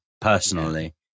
personally